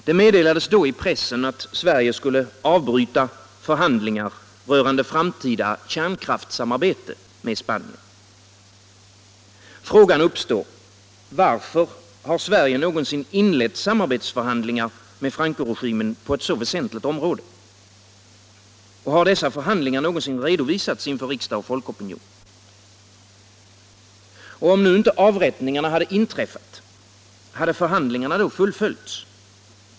Det meddelades då i pressen att Sverige skulle avbryta förhandlingar rörande framtida kärnkraftssamarbete med Spanien. Frågan uppstår: Varför har Sverige någonsin inlett samarbetsförhandlingar med Francoregimen på ett så väsentligt område? Har dessa förhandlingar någonsin redovisats inför riksdag och folkopinion? Om nu inte avrättningarna hade inträffat —- hade förhandlingarna då fullföljts?